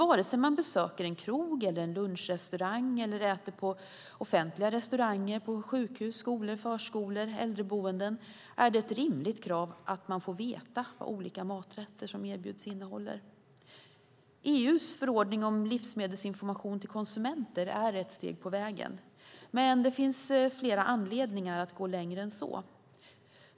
Antingen man besöker en krog eller en lunchrestaurang, eller äter i offentliga restauranger på sjukhus, i skolor, förskolor och äldreboenden, är det ett rimligt krav att man får veta vad olika maträtter som erbjuds innehåller. EU:s förordning om livsmedelsinformation till konsumenter är ett steg på vägen. Men det finns flera anledningar att gå längre än så.